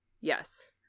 yes